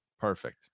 Perfect